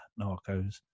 Narcos